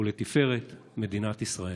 ולתפארת מדינת ישראל.